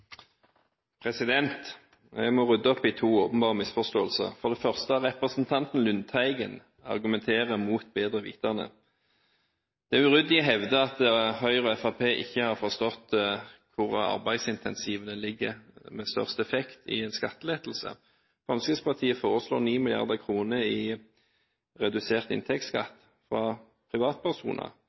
budsjetter. Jeg må rydde opp i to åpenbare misforståelser. For det første: Representanten Lundteigen argumenterer mot bedre vitende. Det er uryddig å hevde at Høyre og Fremskrittspartiet ikke har forstått hvor arbeidsincentivene ligger med størst effekt i en skattelettelse. Fremskrittspartiet foreslår 9 mrd. kr i redusert inntektsskatt fra privatpersoner